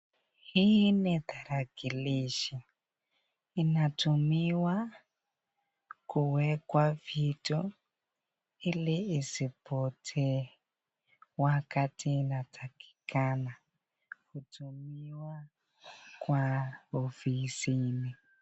Hii ni tarakilishi, inatumiwa kuwekwa vitu ili isipotee wakati inatakikana kutumiwa kwa ofisini.